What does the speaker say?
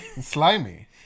Slimy